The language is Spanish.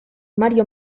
mario